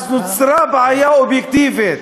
אז נוצרה בעיה אובייקטיבית.